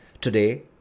today